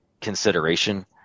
consideration